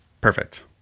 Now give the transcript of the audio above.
Perfect